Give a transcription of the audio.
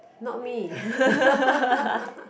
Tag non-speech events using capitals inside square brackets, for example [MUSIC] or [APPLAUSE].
not me [LAUGHS]